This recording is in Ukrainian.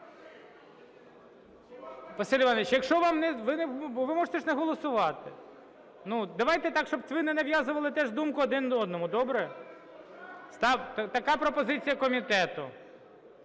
вам не... ви можете ж не голосувати. Ну, давайте так, щоб ви не нав'язували теж думку один одному, добре? Така пропозиція комітету.